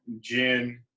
gin